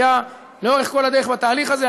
היה לאורך כל הדרך בתהליך הזה,